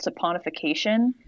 saponification